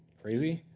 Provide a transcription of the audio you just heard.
crazy.